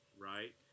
right